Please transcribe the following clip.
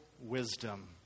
Wisdom